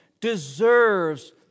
deserves